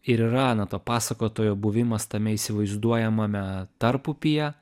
ir yra na to pasakotojo buvimas tame įsivaizduojamame tarpupyje